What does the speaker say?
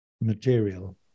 material